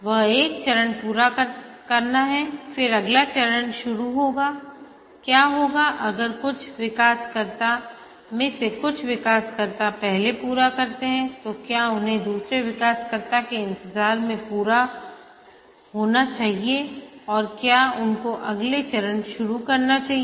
वह एक चरण पूरा करना है फिर अगला चरण शुरू होगाक्या होगा अगर कुछ विकासकर्ता में से कुछ विकासकर्ता पहले पूरा करते हैं तो क्या उन्हें दूसरे विकासकर्ता के इंतजार में पूरा होना चाहिए और क्या उनको अगला चरण शुरू करना चाहिए